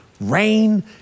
Rain